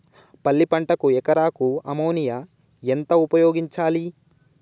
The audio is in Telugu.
పల్లి పంటకు ఎకరాకు అమోనియా ఎంత ఉపయోగించాలి?